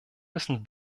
müssen